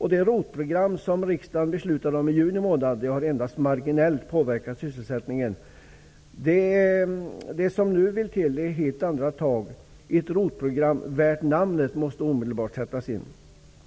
tas. Det ROT program som riksdagen beslutade om i juni månad har endast marginellt påverkat sysselsättningen. Det som nu vill till är helt andra tag. Ett ROT program värt namnet måste omedelbart sättas in.